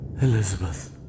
Elizabeth